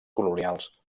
colonials